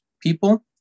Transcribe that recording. people